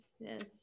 yes